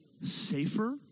Safer